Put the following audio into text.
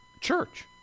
church